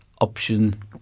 Option